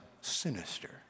sinister